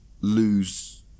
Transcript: lose